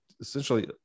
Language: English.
essentially